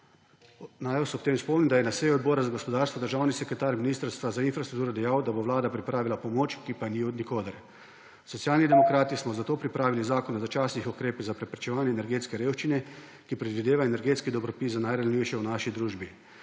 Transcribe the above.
Naj vas ob tem spomnim, da je na seji Odbora za gospodarstvo državni sekretar Ministrstva za infrastrukturo dejal, da bo Vlada pripravila pomoč, ki pa je ni od nikoder. Socialni demokrati smo zato pripravili Zakon o začasnih ukrepih za preprečevanje energetske revščine, ki predvideva energetski dobropis za najranljivejše v naši družbi.